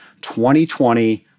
2020